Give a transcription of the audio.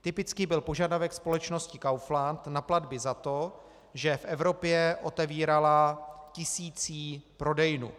Typický byl požadavek společnosti Kaufland na platby za to, že v Evropě otevírala tisící prodejnu.